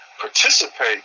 participate